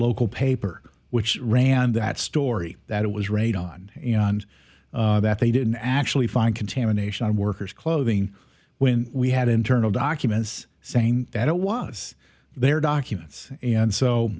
local paper which ran that story that it was radon you know and that they didn't actually find contamination workers clothing when we had internal documents saying that it was their documents and so